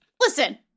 listen